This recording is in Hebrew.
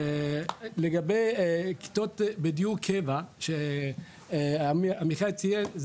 לגבי כיתות בדיור קבע שעמיחי ציין,